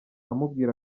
amubwira